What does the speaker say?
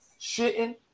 shitting